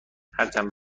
هرچند